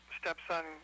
stepson